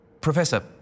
Professor